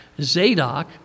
Zadok